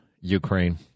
Ukraine